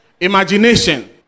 imagination